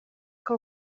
que